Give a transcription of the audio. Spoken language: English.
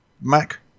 Mac